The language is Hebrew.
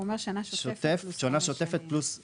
שנה שוטפת פלוס חמש שנים.